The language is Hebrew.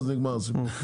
אז נגמר הסיפור.